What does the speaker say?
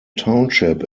township